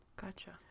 Gotcha